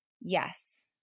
yes